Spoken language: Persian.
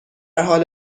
حال